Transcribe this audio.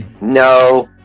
No